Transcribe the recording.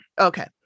Okay